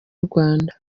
rwanda